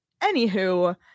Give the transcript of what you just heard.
Anywho